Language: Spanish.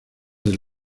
del